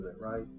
right